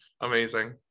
Amazing